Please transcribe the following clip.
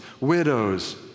widows